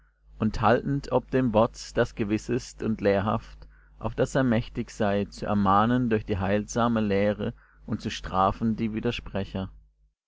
und haltend ob dem wort das gewiß ist und lehrhaft auf daß er mächtig sei zu ermahnen durch die heilsame lehre und zu strafen die widersprecher